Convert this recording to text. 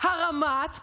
הרמ"ט כותב,